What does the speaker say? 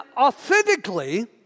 authentically